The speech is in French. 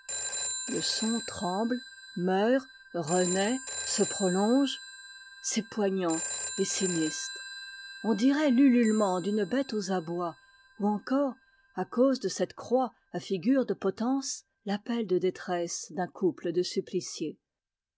le son tremble meurt renaît se prolonge c'est poignant et sinistre on dirait l'ululement d'une bête aux abois ou encore à cause de cette croix à figure de potence l'appel de détresse d'un couple de suppliciés